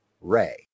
Ray